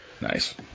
Nice